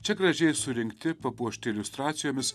čia gražiai surinkti papuošti iliustracijomis